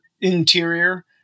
interior